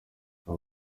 abo